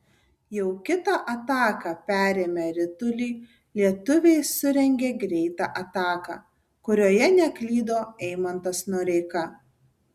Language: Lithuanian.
jau kitą ataką perėmę ritulį lietuviai surengė greitą ataką kurioje neklydo eimantas noreika